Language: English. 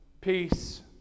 Peace